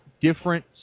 different